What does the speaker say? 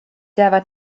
jäävad